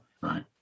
Right